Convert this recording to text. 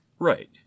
Right